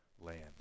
land